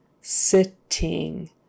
sitting